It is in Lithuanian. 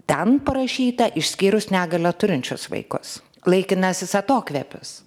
ten parašyta išskyrus negalią turinčius vaikus laikinasis atokvėpis